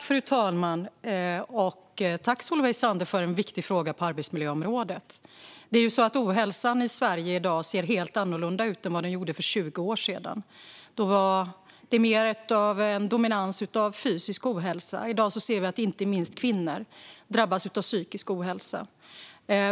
Fru talman! Tack, Solveig Zander, för en viktig fråga på arbetsmiljöområdet! Ohälsan i Sverige i dag ser helt annorlunda ut än vad den gjorde för 20 år sedan. Då var det mer dominans av fysisk ohälsa. I dag ser vi att inte minst kvinnor drabbas av psykisk ohälsa.